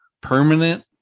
permanent